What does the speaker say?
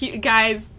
Guys